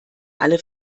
alle